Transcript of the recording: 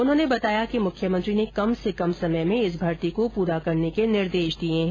उन्होंने बताया कि मुख्यमंत्री ने कम से कम समय में इस भर्ती को पूरा करने के निर्देश दिए हैं